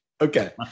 Okay